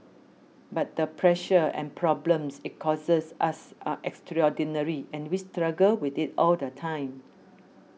but the pressure and problems it causes us are extraordinary and we struggle with it all the time